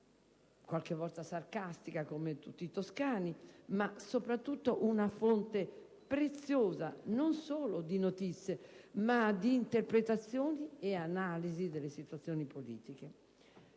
e anche molto sarcastica, come tutti i toscani, ma soprattutto una fonte preziosa non solo di notizie, ma di interpretazioni ed analisi delle situazioni politiche.